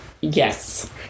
yes